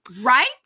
right